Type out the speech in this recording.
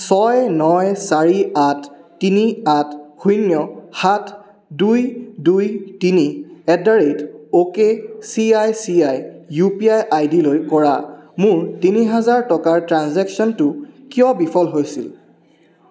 ছয় ন চাৰি আঠ তিনি আঠ শূন্য সাত দুই দুই তিনি at the rate okay C I C I U P I I ডিলৈ কৰা মোৰ তিনি হাজাৰ টকাৰ ট্ৰেঞ্জেকশ্যনটো কিয় বিফল হৈছিল